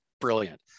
brilliant